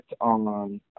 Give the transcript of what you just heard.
on